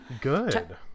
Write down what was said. good